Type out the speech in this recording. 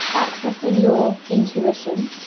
accessing your intuition,